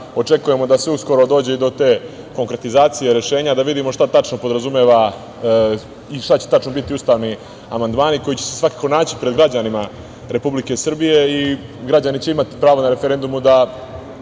očekujemo da se uskoro dođe i do te konkretizacije rešenja da vidimo šta tačno podrazumeva i šta će tačno biti ustavni amandmani koji će se svakako naći pred građanima Republike Srbije. Građani će imati pravo na referendumu da